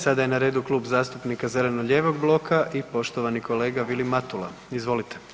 Sada je na redu Klub zastupnika zeleno-lijevog bloka i poštovani kolega Vilim Matula, izvolite.